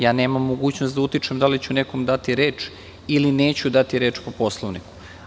Ja nemam mogućnost da utičem da li ću nekom dati reč ili neću dati reč po Poslovniku.